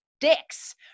dicks